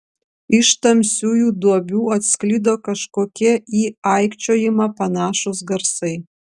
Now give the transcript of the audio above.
iš tamsiųjų duobių atsklido kažkokie į aikčiojimą panašūs garsai